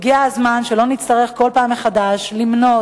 הגיע הזמן שלא נצטרך בכל פעם מחדש למנות